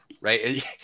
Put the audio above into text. right